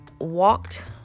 walked